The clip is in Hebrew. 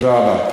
תודה רבה.